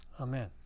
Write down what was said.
amen